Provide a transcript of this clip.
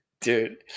Dude